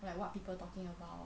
like what people talking about